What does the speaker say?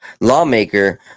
lawmaker